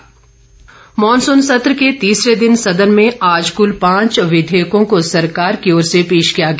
विघेयक मॉनसून सत्र के तीसरे दिन सदन में आज कल पांच विधेयकों को सरकार की ओर से पेश किया गया